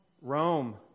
Rome